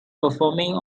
performing